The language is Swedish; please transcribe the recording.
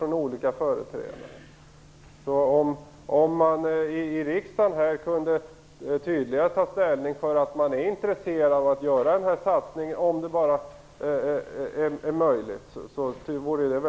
Det vore mycket positivt om riksdagen tydligare kunde ta ställning för att göra den här satsningen.